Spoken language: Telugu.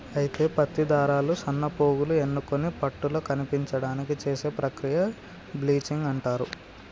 అయితే పత్తి దారాలు సన్నపోగులు ఎన్నుకొని పట్టుల కనిపించడానికి చేసే ప్రక్రియ బ్లీచింగ్ అంటారు